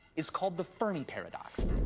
is called the fermi paradox.